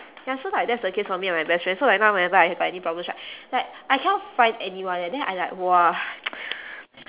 ya so like that's the case for me and my best friend so like now whenever I have any problems right like I cannot find anyone eh then I like !wah!